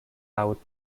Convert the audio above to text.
laut